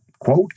Quote